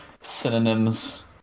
synonyms